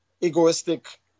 egoistic